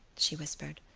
she whispered,